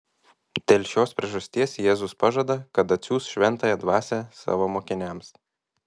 dėl šios priežasties jėzus pažada kad atsiųs šventąją dvasią savo mokiniams